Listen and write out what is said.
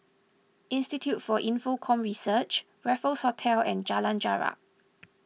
Institute for Infocomm Research Raffles Hotel and Jalan Jarak